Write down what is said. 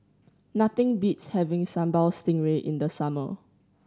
nothing beats having Sambal Stingray in the summer